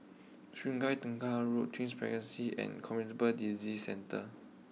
Sungei Tengah Road Twin Regency and Communicable Disease Centre